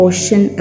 Ocean